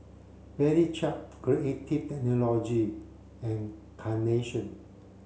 Valley Chef Creative Technology and Carnation